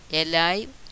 Alive